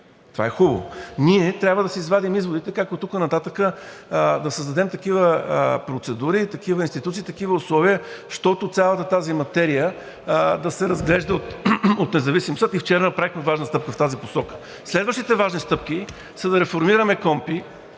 Това е хубаво. Ние трябва да си извадим изводите как оттук нататък да създадем такива процедури, такива институции, такива условия, щото цялата тази материя да се разглежда от независим съд, и вчера направихме важна стъпка в тази посока. Следващите важни стъпки са: да реформираме КОНПИ,